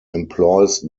employs